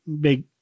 Big